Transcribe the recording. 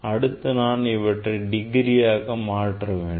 அடுத்து நாம் இதனை டிகிரியாக மாற்ற வேண்டும்